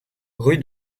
rue